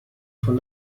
von